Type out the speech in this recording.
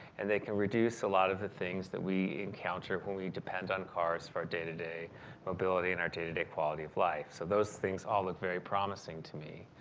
and they can reduce a lot of the things, that we encounter when we depend on cars for our day to day mobility and our day to day quality of life. so those things all look very promising to me.